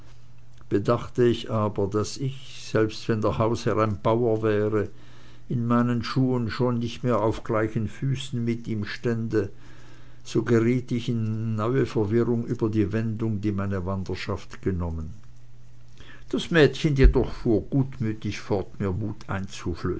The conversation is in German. bedachte ich aber daß ich selbst wenn der hausherr ein bauer wäre in meinen schuhen schon nicht mehr auf gleichen füßen mit ihm stände so geriet ich in neue verwirrung über die wendung die meine wanderschaft genommen das mädchen fahr jedoch gutmütg fort mir mut